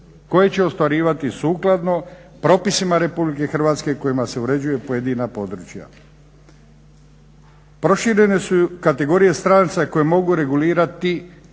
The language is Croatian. koje će ostvarivati sukladno propisima Republike Hrvatske kojima se uređuju pojedina područja. Proširene su kategorije stranaca koje mogu regulirati